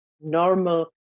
normal